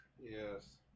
yes